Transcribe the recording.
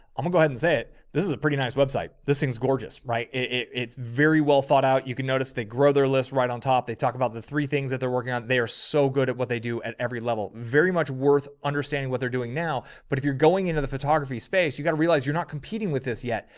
i'm gonna go ahead and say it. this is a pretty nice website. this thing's gorgeous, right? it's very well thought out. you can notice they grow their list right on top. they talk about the three things that they're working on. they're so good at what they do at every level. very much worth it. understanding what they're doing now, but if you're going into the photography space, you got to realize you're not competing with this yet.